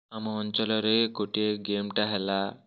ଆମ ଅଞ୍ଚଳରେ ଗୋଟିଏ ଗେମ୍ ଟା ହେଲା